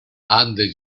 ande